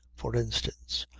for instance.